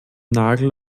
nagel